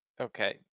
Okay